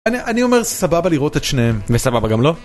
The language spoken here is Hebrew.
אני אומר סבבה לראות את שניהם, וסבבה גם לא?